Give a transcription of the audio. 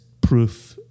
proof